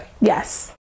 Yes